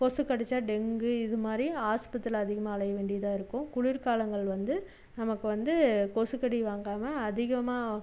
கொசு கடிச்சால் டெங்கு இதுமாதிரி ஆஸ்ப்பத்திரியில அதிகமாக அலையவேண்டியதாயிருக்கும் குளிர் காலங்கள் வந்து நமக்கு வந்து கொசு கடி வாங்காமல் அதிகமாக